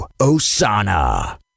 osana